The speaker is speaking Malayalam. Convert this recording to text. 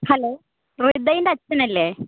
ഹലോ റിഥയ്ന്റെ അച്ഛനല്ലേ